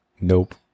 Nope